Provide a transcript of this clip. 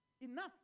Enough